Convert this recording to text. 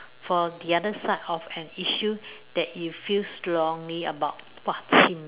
for the other side of an issue that you feel strongly about !wah! chim